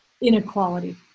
inequality